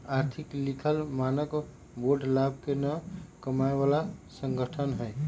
आर्थिक लिखल मानक बोर्ड लाभ न कमाय बला संगठन हइ